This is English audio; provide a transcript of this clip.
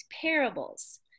parables